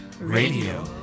Radio